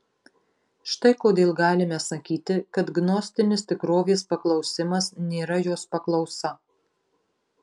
štai kodėl galime sakyti kad gnostinis tikrovės paklausimas nėra jos paklausa